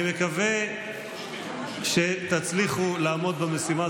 אני מקווה שתצליחו לעמוד במשימה.